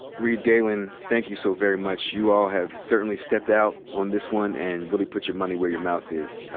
reed galen, thank you so very much. you all have certainly stepped out on this one and really put your money where your mouth is.